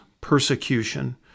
persecution